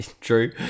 true